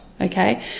okay